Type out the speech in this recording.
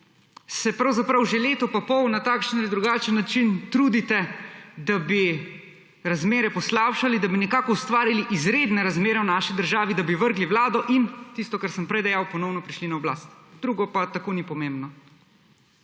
se pravzaprav že leto in pol na takšen ali drugačen način trudite, da bi razmere poslabšali, da bi nekako ustvarili izredne razmere v naši državi, da bi vrgli vlado in, tisto kar sem prej dejal, ponovno prišli na oblast. Drugo pa tako ni pomembno.